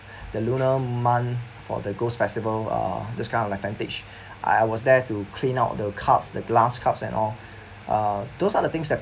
the lunar month for the ghost festival uh those kind of like tentage I was there to clean out the cups the glass cups and all those are the things that